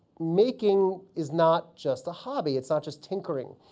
making is not just a hobby. it's not just tinkering.